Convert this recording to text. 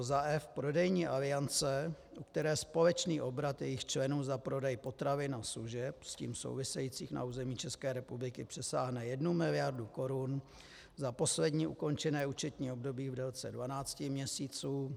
f) prodejní aliance, u které společný obrat jejích členů za prodej potravin a služeb s tím souvisejících na území České republiky přesáhne jednu miliardu korun za poslední ukončené účetní období v délce 12 měsíců.